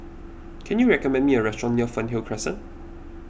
can you recommend me a restaurant near Fernhill Crescent